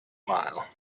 mile